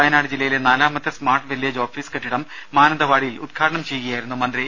വയനാട് ജില്ലയിലെ നാലാമത്തെ smart village office കെട്ടിടം മാനന്തവാടിയിൽ ഉദ്ഘാടനം ചെയ്ത് സംസാരിക്കുകയായിരുന്നു അദ്ദേഹം